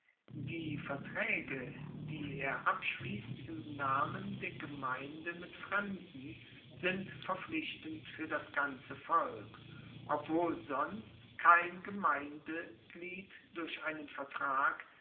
die vertraege die er abschliesst im namen der gemeinde mit fremden sind verpflichtend fuer das ganze volk obwohl sonst kein gemeindeglied durch einen vertrag